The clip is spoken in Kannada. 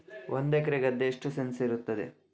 ಒಂದು ಎಕರೆ ಗದ್ದೆ ಎಷ್ಟು ಸೆಂಟ್ಸ್ ಇರುತ್ತದೆ?